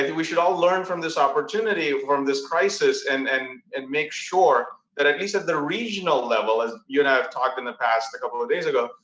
we should all learn from this opportunity, from this crisis, and and and make sure that at least at the regional level, as you and i have talked in the past a couple of days ago,